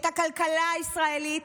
את הכלכלה הישראלית,